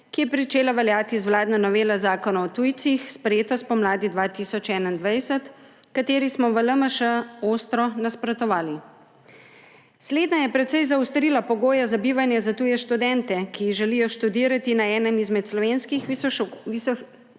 ki je pričela veljati z vladno novelo Zakona o tujcih, sprejeto spomladi 2021, kateri smo v LMŠ ostro nasprotovali. Slednja je precej zaostrila pogoje za bivanje za tuje študente, ki želijo študirati na enem izmed slovenskih visokošolskih